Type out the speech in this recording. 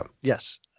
Yes